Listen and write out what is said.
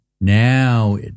Now